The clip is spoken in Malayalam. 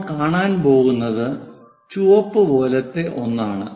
നമ്മൾ കാണാൻ പോകുന്നത് ചുവപ്പ് പോലത്തെ ഒന്നാണ്